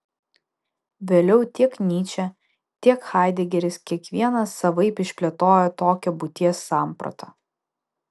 vėliau tiek nyčė tiek haidegeris kiekvienas savaip išplėtojo tokią būties sampratą